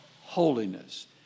holiness